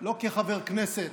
לא כחבר כנסת,